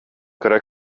кыра